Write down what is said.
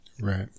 right